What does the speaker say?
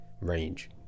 range